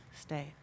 stay